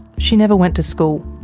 she never went to school.